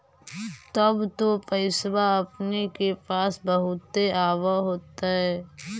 तब तो पैसबा अपने के पास बहुते आब होतय?